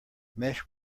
mesh